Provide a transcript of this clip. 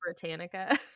britannica